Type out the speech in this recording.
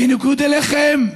בניגוד אליכם,